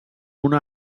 una